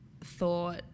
thought